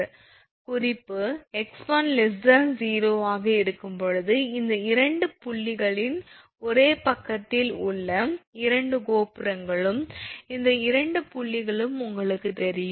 குறிப்பு x1 0 ஆக இருக்கும்போது இந்த இரண்டு புள்ளிகளின் ஒரே பக்கத்தில் உள்ள இரண்டு கோபுரங்களும் அந்த இரண்டு புள்ளிகளும் உங்களுக்குத் தெரியும்